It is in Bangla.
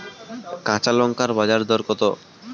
কাঁচা লঙ্কার বাজার দর কত?